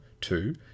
two